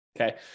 okay